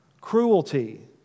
cruelty